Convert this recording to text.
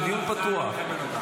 דיון פתוח.